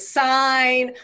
sign